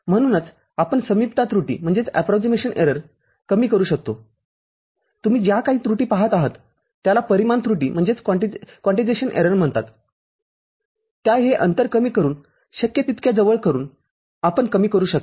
म्हणूनचआपण समीपता त्रुटी कमी करू शकतोतुम्ही ज्या काही त्रुटी पाहत आहात त्याला परिमाण त्रुटी म्हणतातत्या हे अंतर कमी करूनशक्य तितक्या जवळ करूनआपण कमी करू शकता